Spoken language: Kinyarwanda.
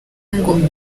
ngombwa